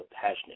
passionate